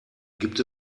gibt